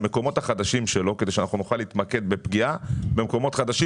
המקומות החדשים שלו כדי שנוכל להתמקד בפגיעה במקומות חדשים?